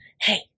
hey